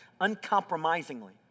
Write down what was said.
uncompromisingly